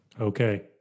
Okay